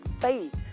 faith